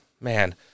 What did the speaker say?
man